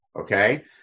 Okay